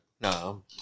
No